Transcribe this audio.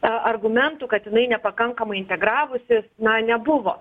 a argumentų kad jinai nepakankamai integravosi na nebuvo